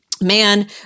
man